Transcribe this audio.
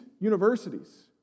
universities